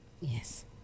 yes